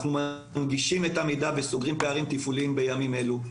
אנחנו מנגישים את המידע וסוגרים פערים תפעוליים בימים אלו.